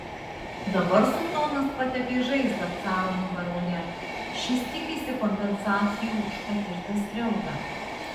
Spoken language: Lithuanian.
dabar sultonas patepė žaizdą caro nugaroje šis tikisi kompensacijų už patirtą skriaudą